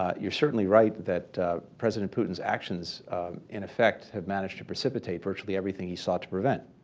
you're certainly right that president putin's actions in effect have managed to precipitate virtually everything he sought to prevent,